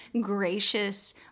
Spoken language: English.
gracious